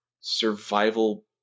survival